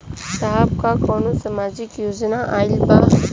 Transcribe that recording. साहब का कौनो सामाजिक योजना आईल बा?